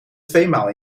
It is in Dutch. tweemaal